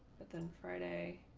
but then friday.